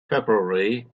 february